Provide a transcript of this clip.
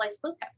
glucose